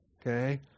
okay